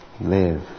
live